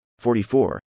44